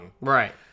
Right